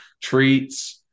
treats